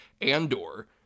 Andor